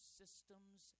systems